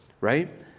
Right